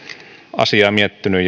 asiaa miettinyt